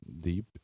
deep